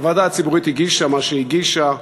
הוועדה הציבורית הגישה מה שהגישה,